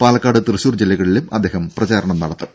പാലക്കാട് തൃശൂർ ജില്ലകളിലും അദ്ദേഹം പ്രചാരണം നടത്തും